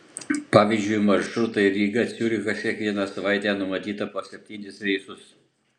pavyzdžiui maršrutui ryga ciurichas kiekvieną savaitę numatyta po septynis reisus